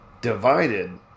divided